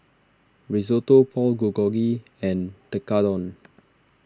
Risotto Pork Bulgogi and Tekkadon